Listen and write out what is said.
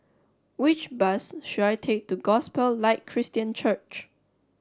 which bus should I take to Gospel Light Christian Church